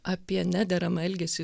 apie nederamą elgesį